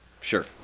Sure